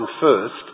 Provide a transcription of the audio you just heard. first